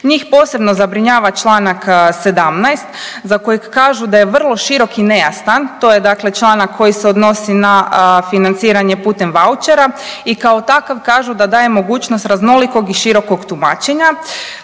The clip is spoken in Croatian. Njih posebno zabrinjava čl. 17. za kojeg kažu da je vrlo širok i nejasan to je članak koji se odnosi na financiranje putem vaučera i kao takav kažu da daje mogućnost raznolikog i širokog tumačenja.